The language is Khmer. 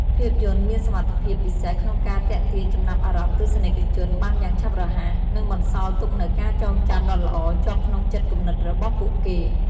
ភាពយន្តមានសមត្ថភាពពិសេសក្នុងការទាក់ទាញចំណាប់អារម្មណ៍ទស្សនិកជនបានយ៉ាងឆាប់រហ័ស និងបន្សល់ទុកនូវការចងចាំដ៏ល្អជាប់ក្នុងចិត្តគំនិតរបស់ពួកគេ។